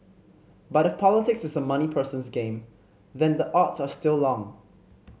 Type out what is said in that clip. but if politics is a money person's game then the odds are still long